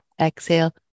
Exhale